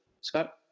Scott